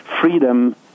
freedom